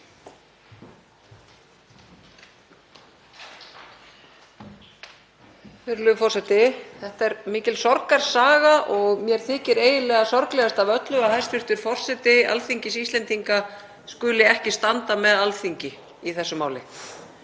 Þetta er mikil sorgarsaga og mér þykir eiginlega sorglegast af öllu að hæstv. forseti Alþingis Íslendinga skuli ekki standa með Alþingi í þessu máli.